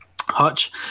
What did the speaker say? Hutch